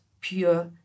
pure